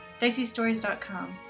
DiceyStories.com